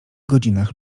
godzinach